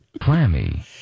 Clammy